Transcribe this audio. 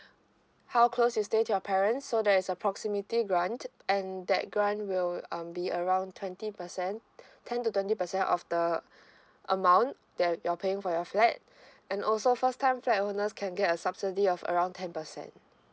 how close is stay to your parents so there is a proximity grant and that grant will um be around twenty percent ten to twenty percent of the amount that you're paying for your flat and also first time flat owners can get a subsidy of around ten percent